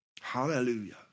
Hallelujah